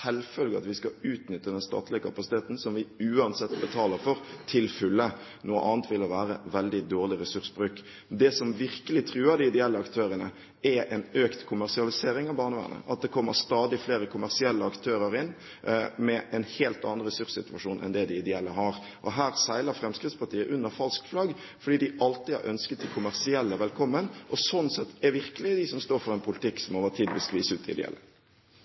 statlige kapasiteten, som vi uansett betaler for, til fulle. Noe annet ville være veldig dårlig ressursbruk. Det som virkelig truer de ideelle aktørene, er en økt kommersialisering av barnevernet, at det kommer stadig flere kommersielle aktører inn med en helt annen ressurssituasjon enn de ideelle har. Her seiler Fremskrittspartiet under falskt flagg fordi de alltid har ønsket de kommersielle velkommen, og slik sett virkelig er de som står for en politikk som over tid vil skvise ut de ideelle. Olemic Thommessen – til oppfølgingsspørsmål. Når man reiser rundt og treffer det kommunale barnevernet, og i